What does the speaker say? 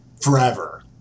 forever